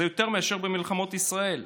זה יותר מאשר במלחמות ישראל.